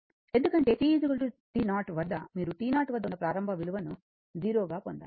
ఎందుకంటే t t0 వద్ద మీరు t0 వద్ద ఉన్న ప్రారంభ విలువను 0 గా పొందాలి